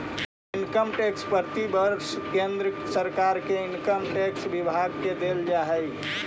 income tax प्रतिवर्ष केंद्र सरकार के इनकम टैक्स विभाग के देल जा हई